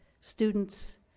students